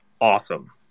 awesome